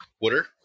Water